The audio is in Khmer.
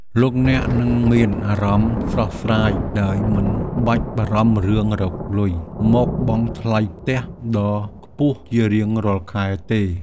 លោកអ្នកនឹងមានអារម្មណ៍ស្រស់ស្រាយដោយមិនបាច់បារម្ភរឿងរកលុយមកបង់ថ្លៃផ្ទះដ៏ខ្ពស់ជារៀងរាល់ខែទេ។